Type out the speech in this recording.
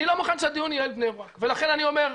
אני לא מוכן שהדיון יהיה על בני ברק ולכן אני אומר,